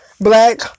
black